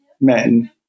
men